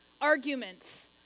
arguments